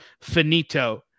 finito